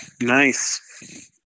Nice